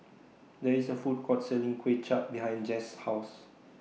There IS A Food Court Selling Kuay Chap behind Jess' House